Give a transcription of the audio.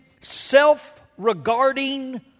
self-regarding